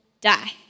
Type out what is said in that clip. die